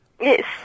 Yes